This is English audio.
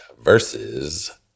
versus